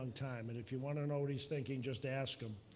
and time. and if you want to know what he's thinking, just ask him.